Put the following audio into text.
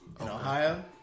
Ohio